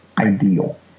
ideal